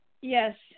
yes